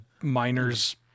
miner's